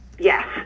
Yes